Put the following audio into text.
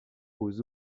aux